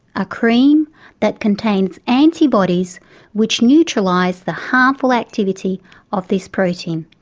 a cream that contains antibodies which neutralise the harmful activity of this protein.